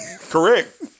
Correct